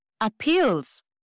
Appeals